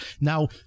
Now